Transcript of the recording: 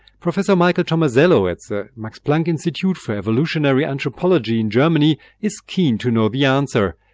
professor michael tomasello at the max planck institute for evolutionary anthropology in germany is keen to know the answer.